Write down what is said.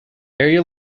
area